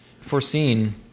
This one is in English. foreseen